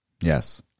Yes